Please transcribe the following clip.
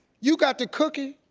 you got the cookie,